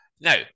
Now